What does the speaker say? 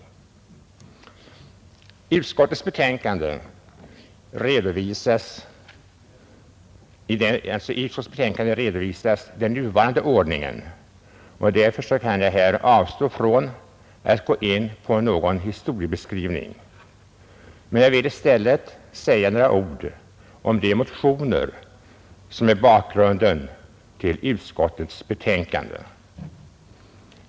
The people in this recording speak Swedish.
I utskottets betänkande redovisas den nuvarande ordningen, och därför kan jag här avstå från att gå in på någon historieskrivning. Jag vill i stället säga några ord om de motioner som är bakgrunden till utskottets betänkande.